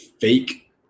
fake